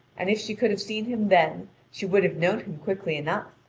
and if she could have seen him then she would have known him quickly enough.